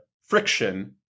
friction